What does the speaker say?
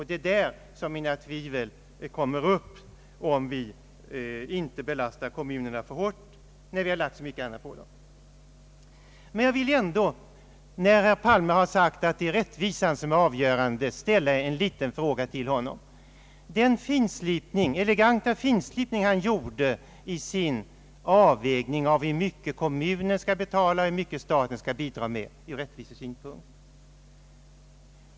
Det är här mina tvivel uppstår: fråga är om vi inte belastar kommunerna för hårt när vi redan har lagt så mycket annat på dem. Jag vill ändå, när statsrådet Palme har sagt att det är rättvisan som är avgörande, ställa en liten fråga till honom. Herr Palme har åstadkommit en mycket elegant finslipning vid sin avvägning av hur mycket kommunerna skall betala och hur mycket staten skall bidra med ur rättvisesynpunkt.